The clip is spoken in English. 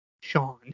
Sean